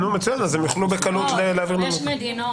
מצוין, אז הם יוכלו בקלות להרחיב לנו